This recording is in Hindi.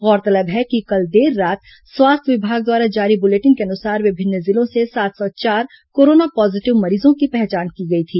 गौरतलब है कि कल देर रात स्वास्थ्य विभाग द्वारा जारी बुलेटिन के अनुसार विभिन्न जिलों से सात सौ चार कोरोना पॉजिटिव मरीजों की पहचान की गई थी